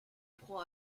prend